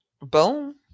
Boom